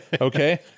Okay